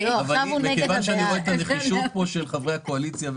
מכיוון שאני רואה את הנחישות של חברי הקואליציה,